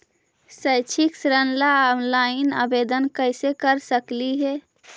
शैक्षिक ऋण ला ऑनलाइन आवेदन कैसे कर सकली हे?